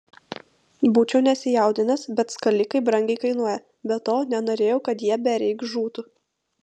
būčiau nesijaudinęs bet skalikai brangiai kainuoja be to nenorėjau kad jie bereik žūtų